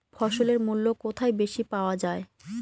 ফসলের মূল্য কোথায় বেশি পাওয়া যায়?